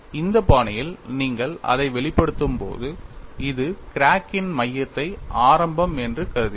இந்த பாணியில் நீங்கள் அதை வெளிப்படுத்தும்போது இது கிராக்கின் மையத்தை ஆரம்பம் என்று கருதுகிறது